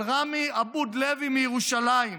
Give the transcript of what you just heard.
על רמי עבוד-לוי מירושלים,